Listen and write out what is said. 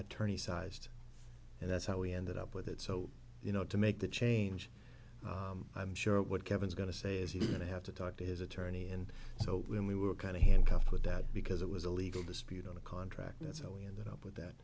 attorney sized and that's how we ended up with it so you know to make the change i'm sure what kevin's going to say is he's going to have to talk to his attorney and so when we were kind of handcuffed with that because it was a legal dispute on a contract that's how we ended up with that